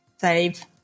save